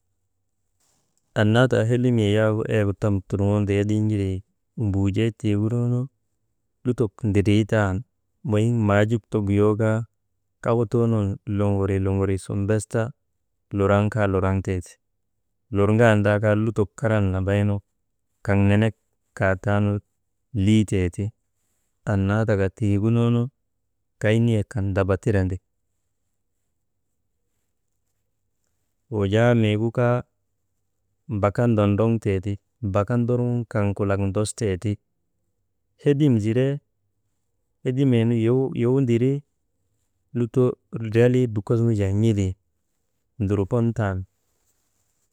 Annaa taka hedimee yak eyegu tam turŋoonu riyalii n̰ilii mbuujee tiigununu, lutok ndridrii tan weyin maajuk ta guyoo kaa kakutuunun luŋuri, luŋuri sun bes ta luraŋ kaa luraŋ teeti, lurŋaandaa kaa lutok karan nambaynu kaŋ nenek kaataanu liiteeti, annaa taka tiigununu kay niyek kan daba tirandi wujaa miigu kaa mbaka ndonroŋtee ti, mbaka ndorŋun kaŋ kulak ndosteeti hedime zire hedimeenu « hesitation» yow ndiri «hesitation» riyalii dukosnu jaa n̰ilii ndurbontan.